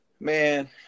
Man